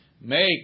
make